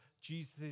Jesus